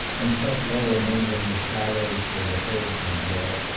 and set low among them the chalets where the herdsmen dwelt.